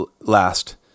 last